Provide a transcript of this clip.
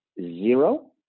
zero